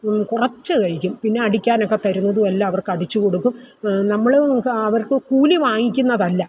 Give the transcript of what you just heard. കുറച്ച് തയ്ക്കും പിന്നെ അടിക്കാനൊക്കെ തരുന്നതുമെല്ലാം അവർക്കടിച്ച് കൊടുക്കും നമ്മൾ അവർക്ക് കൂലി വാങ്ങിക്കുന്നതല്ല